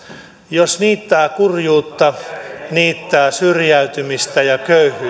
jos niittää kurjuutta niin niittää syrjäytymistä ja köyhyyttä